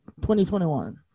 2021